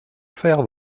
faire